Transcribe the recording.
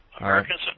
Americans